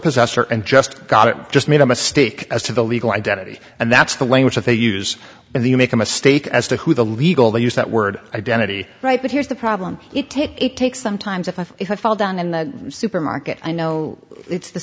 possessor and just got it just made a mistake as to the legal identity and that's the language they use in the you make a mistake as to who the legal to use that word identity right but here's the problem it takes it takes sometimes if i fall down in the supermarket i know it's the